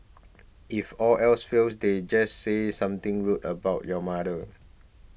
if all else fails they'd just say something rude about your mother